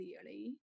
clearly